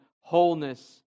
wholeness